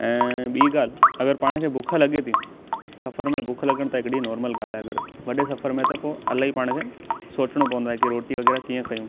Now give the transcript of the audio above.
ऐं ॿीं ॻाल्हि अगरि पाण खे बुख लॻे थी सफ़र में बुख लॻण त हिकिड़ी नॉर्मल ॻाल्हि आहे अगरि वॾे सफ़र में त पोइ इलाही पाण खे सोचिणो पवंदो आहे की रोटी वग़ैरह कीअं कयूं